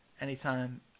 anytime